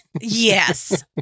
Yes